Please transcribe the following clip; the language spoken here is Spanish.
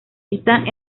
estas